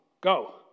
Go